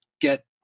get